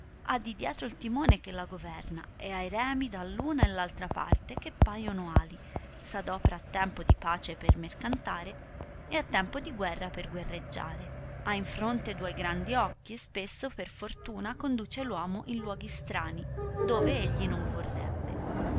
ha di dietro il timone che la governa ed ha e remi da l'una e l altra parte che paiono ali s adopra a tempo di pace per mercantare ed a tempo di guerra per guerreggiare ha in fronte duoi grandi occhi e spesso per fortuna conduce l'uomo in luoghi strani dove egli non vorrebbe